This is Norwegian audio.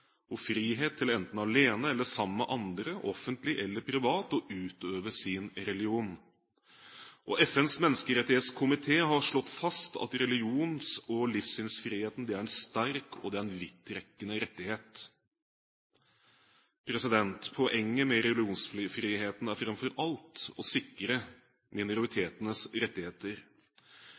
og frihet til enten alene eller sammen med andre offentlig eller privat å utøve sin religion. FNs menneskerettighetskomité har slått fast at religions- og livsynsfriheten er en sterk og en vidtrekkende rettighet. Poenget med religionsfriheten er framfor alt å sikre minoritetenes rettigheter.